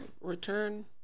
Return